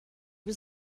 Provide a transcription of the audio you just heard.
was